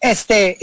Este